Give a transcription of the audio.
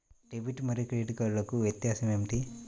Debit మరియు credit కార్డ్లకు వ్యత్యాసమేమిటీ?